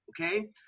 okay